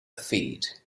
feed